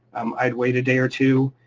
um i'd wait a day or two,